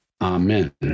Amen